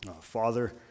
Father